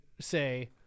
say